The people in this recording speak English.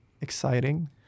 exciting